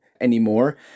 anymore